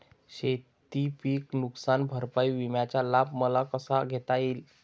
शेतीपीक नुकसान भरपाई विम्याचा लाभ मला कसा घेता येईल?